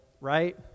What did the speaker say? right